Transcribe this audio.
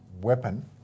weapon